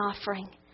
offering